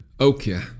Okay